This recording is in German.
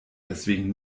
deswegen